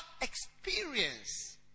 experience